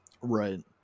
Right